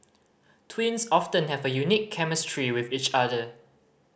twins often have a unique chemistry with each other